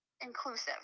inclusive